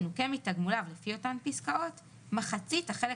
תנוכה מתגמוליו לפי אותן פסקאות מחצית החלק